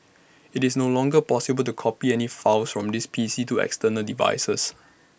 IT is no longer possible to copy any files from these PCs to external devices